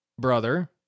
brother